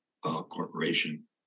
corporation